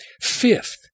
Fifth